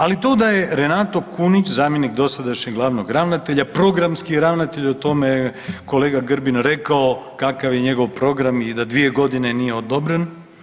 Ali to da je Renato Kunić zamjenik dosadašnjeg glavnog ravnatelja programski ravnatelj o tome je kolega Grbin rekao kakav je njegov program i da dvije godine nije odobren.